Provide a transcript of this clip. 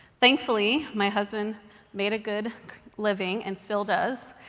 thankfully, my husband made a good living, and still does.